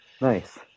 Nice